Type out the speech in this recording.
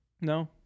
no